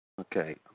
Okay